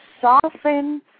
soften